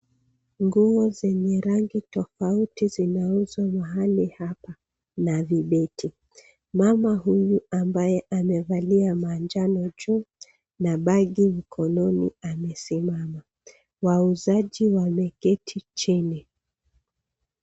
Nguo zenye rangi tofauti zinauzwa mahali hapa na vibeti mama huyu ambaye amevalia manjano juu na bagi mkononi amesimama. Wauzaji wameketi chini.